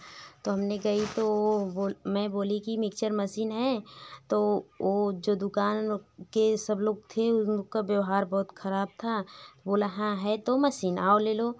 तो हमने गई तो वह बोल मैं बोली की मिक्चर मशीन है तो वह जो दुकान के सब लोग थे उनका व्यवहार बहुत खराब था बोला हाँ है तो मशीन आओ ले लो